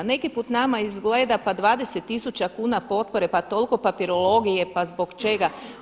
Neki put nama izgleda, pa 20000 kuna potpore, pa toliko papirologije, pa zbog čega?